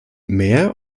mehr